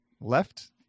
left